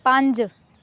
ਪੰਜ